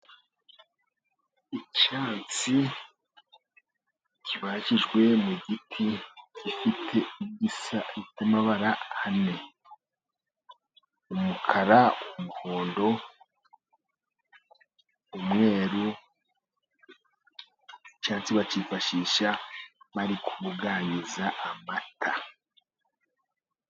Icyansi kibajijwe mu giti, gifite amabara abiri umukara, umuhondo, umweru, icyatsi, bakifashisha bari kubuganiza amata.